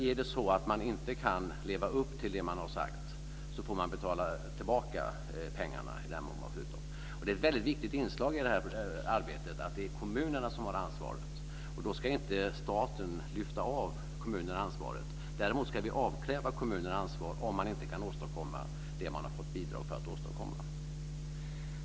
Är det så att man inte kan leva upp till det som man har sagt får man betala tillbaka pengarna. Det är ett väldigt viktigt inslag i det här arbetet att det är kommunerna som har ansvaret. Då ska inte staten lyfta av kommunerna ansvaret. Däremot ska staten avkräva kommunerna ansvar om man inte kan åstadkomma det man har fått bidrag för att åstadkomma.